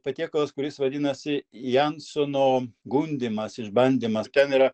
patiekalas kuris vadinasi jansono gundymas išbandymas ten yra